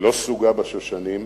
לא סוגה בשושנים.